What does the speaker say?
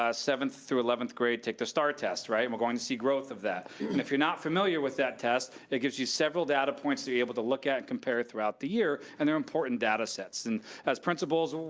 ah seventh through eleventh grade, take the star test, right, we're going to see growth of that. and if you're not familiar with that test, it gives you several data points to be able to look at and compare throughout the year, and they're important data sets, and as principals,